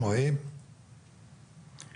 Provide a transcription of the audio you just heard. למדעים ומנהיגות והיום הוא מספר אחת בארץ.